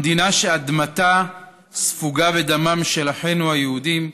המדינה שאדמתה ספוגה בדמם של אחינו היהודים,